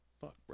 fuck